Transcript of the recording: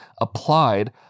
applied